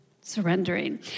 Surrendering